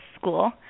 school